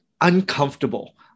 uncomfortable